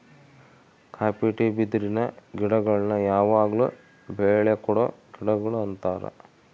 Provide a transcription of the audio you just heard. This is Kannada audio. ಕಾಪಿ ಟೀ ಬಿದಿರಿನ ಗಿಡಗುಳ್ನ ಯಾವಗ್ಲು ಬೆಳೆ ಕೊಡೊ ಗಿಡಗುಳು ಅಂತಾರ